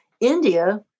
India